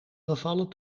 gevallen